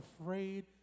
afraid